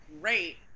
great